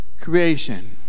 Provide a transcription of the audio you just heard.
creation